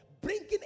bringing